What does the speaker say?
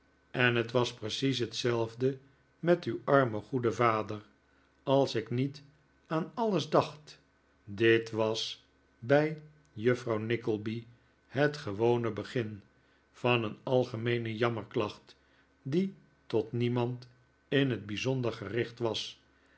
en het was precies hetzelfde met uw armen goeden vader als ik niet aan alles dacht dit was bij juffrouw nickleby het gewoiie begin van een algemeene jammerklacht die tot niemand in het bijzonder gericht was